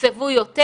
תוקצבו יותר?